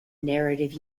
narrative